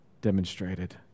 demonstrated